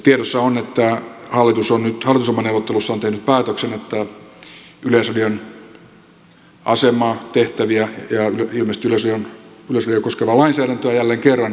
tiedossa on että hallitus on nyt hallitusohjelmaneuvotteluissaan tehnyt päätöksen että yleisradion asemaa tehtäviä ja ilmeisesti yleisradiota koskevaa lainsäädäntöä jälleen kerran katsottaisiin